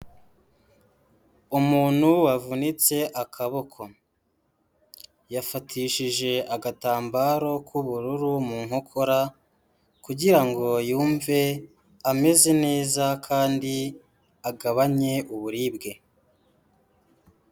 Umuntu wavunitse akaboko. Yafatishije agatambaro k'ubururu mu nkokora kugirango yumve ameze neza kandi agabanye uburibwe.